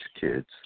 kids